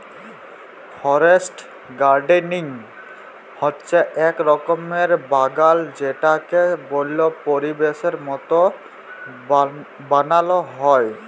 forest gardening হচ্যে এক রকমের বাগাল যেটাকে বল্য পরিবেশের মত বানাল হ্যয়